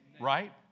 Right